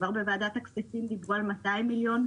כבר בוועדת הכספים דיברו על 200 מיליון.